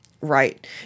Right